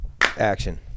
Action